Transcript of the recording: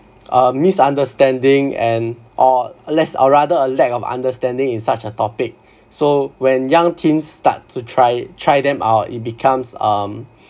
a misunderstanding and or less or rather a lack of understanding in such a topic so when young teens start to try try them out it becomes um